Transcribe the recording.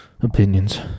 opinions